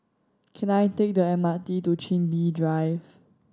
can I take the M R T to Chin Bee Drive